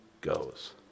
goes